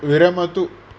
विरमतु